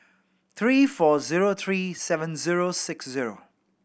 three four zero three seven zero six zero